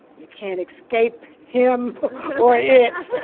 you can't escape him or it.